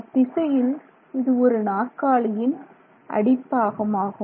அத்திசையில் இது ஒரு நாற்காலியின் அடிப்பாகம் ஆகும்